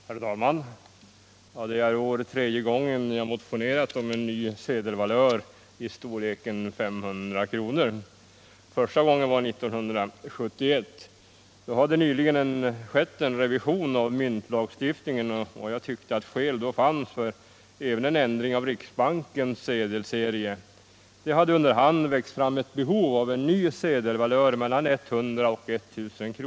Herr talman! Det är i år tredje gången jag motionerat om en ny sedelvalör i storleken 500 kr. Första gången var 1971. Då hade det nyligen skett en revision av myntlagstiftningen, och jag tyckte att skäl då fanns för även en ändring av riksbankens sedelserie. Det hade under hand växt fram ett behov av en ny sedelvalör mellan 100 och 1000 kr.